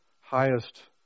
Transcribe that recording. highest